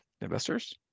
investors